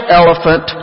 elephant